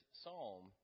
psalm